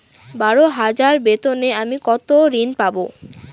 বারো হাজার বেতনে আমি কত ঋন পাব?